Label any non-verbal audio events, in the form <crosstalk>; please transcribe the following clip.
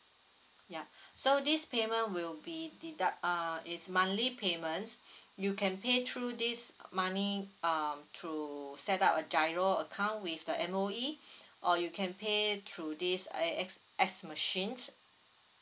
ya <breath> so this payment will be deduct uh is monthly payments <breath> you can pay through this money um through set up a giro account with the M_O_E or you can pay through this A_X_S machine